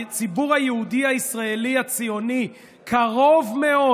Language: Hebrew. הציבור היהודי הישראלי הציוני קרוב מאוד,